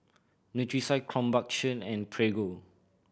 Nutrisoy Krombacher and Prego